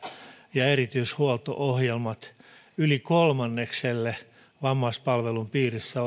ja erityishuolto ohjelmat on tekemättä yli kolmannekselle vammaispalvelun piirissä